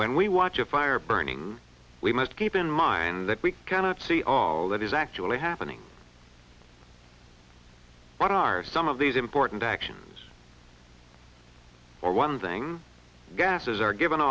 when we watch a fire burning we must keep in mind that we cannot see all that is actually happening what are some of these important actions for one thing gases are given